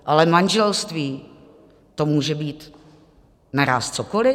Ale manželství, to může být naráz cokoli?